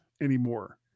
anymore